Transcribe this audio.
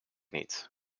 niet